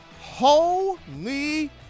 holy